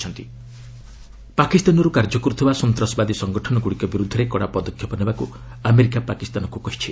US Pak terror ପାକିସ୍ତାନରୁ କାର୍ଯ୍ୟକରୁଥିବା ସନ୍ତାସବାଦୀ ସଂଗଠନ ଗୁଡ଼ିକ ବିରୁଦ୍ଧରେ କଡ଼ା ପଦକ୍ଷେପ ନେବାକୁ ଆମେରିକା ପାକିସ୍ତାନକୁ କହିଛି